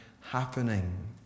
happening